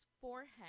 forehead